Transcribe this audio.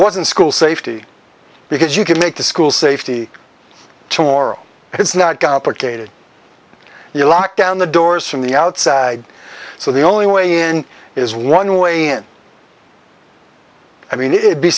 wasn't school safety because you can make the school safety tomorrow it's not complicated you lock down the doors from the outside so the only way in is one way and i mean it